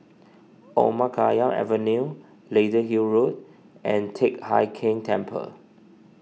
Omar Khayyam Avenue Lady Hill Road and Teck Hai Keng Temple